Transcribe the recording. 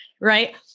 right